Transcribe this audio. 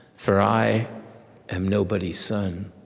for i am nobody's son.